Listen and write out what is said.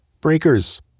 Breakers